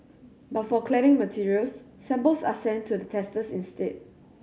but for cladding materials samples are sent to the testers instead